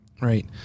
Right